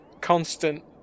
constant